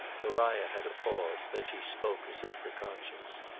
maria had a pause then she spoke as if for conscience.